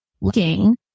looking